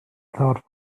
thought